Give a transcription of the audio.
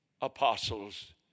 apostles